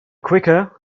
quicker